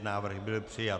Návrh byl přijat.